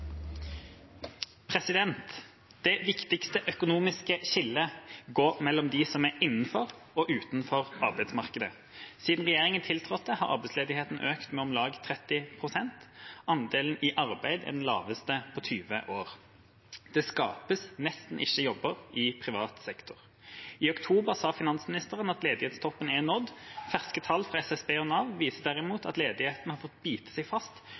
utenfor arbeid. Under denne regjeringen har ledigheten økt med 30 pst. Andelen personer i arbeid er den laveste på 20 år. Det skapes nesten ikke jobber i privat sektor. I oktober sa finansministeren at ledighetstoppen er nådd, men ferske tall fra SSB og Nav viser derimot at ledigheten har fått bite seg fast